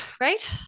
right